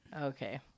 Okay